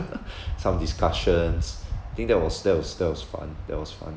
some discussions I think that was that was that was fun that was fun